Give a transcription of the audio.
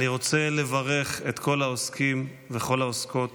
אני רוצה לברך את כל העוסקים וכל העוסקות